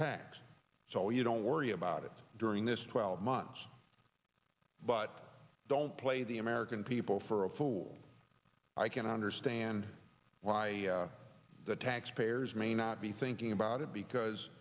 tax so you don't worry about it during this twelve months but don't play the american people for a fool i can understand why the taxpayers may not be thinking about it because